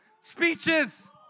speeches